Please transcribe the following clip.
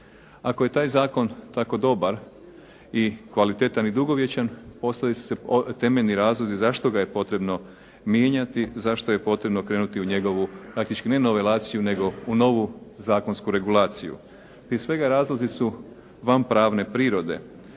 Ako je taj zakon tako dobar i kvalitetan i dugovječan postavili su se temeljni razlozi zašto ga je potrebno mijenjati, zašto je potrebno krenuti u njegovu praktički ne novelaciju nego u novu zakonsku regulaciju. Prije svega razlozi su van pravne prirode.